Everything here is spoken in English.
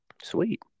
Sweet